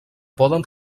poden